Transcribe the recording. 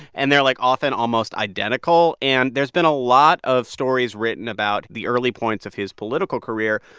and they're, like, often almost identical. and there's been a lot of stories written about the early points of his political career.